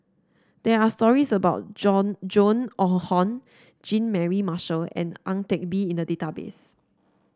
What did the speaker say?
there are stories about Joan Joan or Hon Jean Mary Marshall and Ang Teck Bee in the database